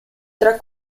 tra